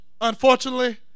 unfortunately